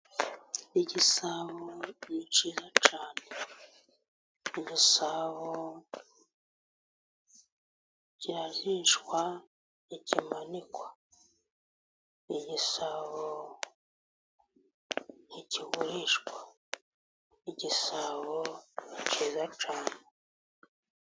Igisabo ni kiza cyane, igisabo kirazishwa nti kimanikwa, igisabo nti kigurishwa, igisabo ni kiza cyane.